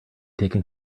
taken